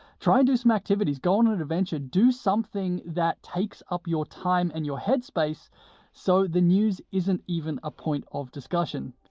try and do some activities. go on and an adventure. do something that takes up your time and your head space so the news isn't even a point of discussion.